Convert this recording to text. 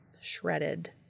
shredded